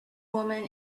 woman